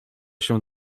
się